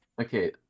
Okay